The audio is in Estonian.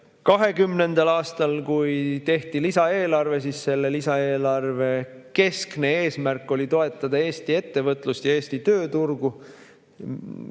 2020. aastal, kui tehti lisaeelarve, oli selle keskne eesmärk toetada Eesti ettevõtlust ja Eesti tööturgu.